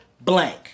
blank